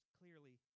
clearly